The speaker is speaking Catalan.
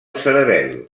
cerebel